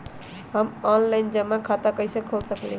हम ऑनलाइन जमा खाता कईसे खोल सकली ह?